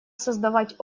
создавать